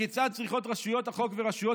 וכיצד צריכות רשויות החוק ורשויות